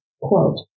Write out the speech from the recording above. quote